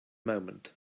moment